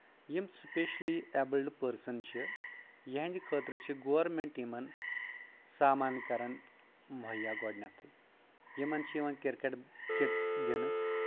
یِم specially abled person چھِ یِہنٛدِ خٲطرٕ چھِ گورمینٹ یِمن سامان کران مۄہیا گۄڈنؠتھٕے یِمن چھِ یِوان کرکٹ کِٹٕس دِنہٕ